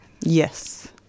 Yes